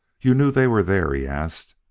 you knew they were there? he asked,